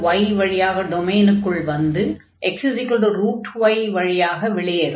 xy வழியாக டொமைனுக்குள் வந்து xy வழியாக வெளியேறும்